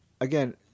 Again